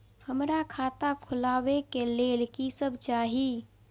हमरा खाता खोलावे के लेल की सब चाही?